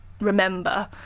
remember